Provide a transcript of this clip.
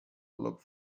look